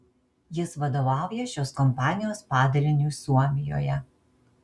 jis vadovauja šios kompanijos padaliniui suomijoje